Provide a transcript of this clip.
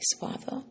Father